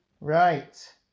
Right